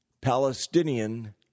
Palestinian